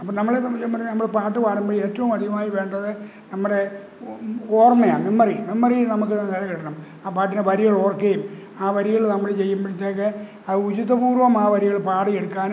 അപ്പോള് നമ്മളെ സംബന്ധിച്ച് പറഞ്ഞാല് നമ്മള് പാട്ട് പാടുമ്പോള് ഏറ്റവും അധികമായി വേണ്ടത് നമ്മുടെ ഓർമ്മയാണ് മെമ്മറി മെമ്മറി നമ്മള്ക്ക് നെരെ കിട്ടണം ആ പാട്ടിൻ്റെ വരികള് ഓർക്കുകയും ആ വരികള് നമ്മള് ചെയ്യുമ്പോഴത്തേക്ക് ആ ഉചിതപൂർവം ആ വരികള് പാടിയെടുക്കാനും